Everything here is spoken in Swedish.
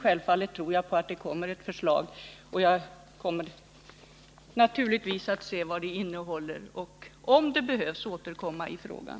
Självfallet tror jag på att det kommer ett förslag, och jag kommer naturligtvis att se vad det innehåller och, om det behövs, återkomma i frågan.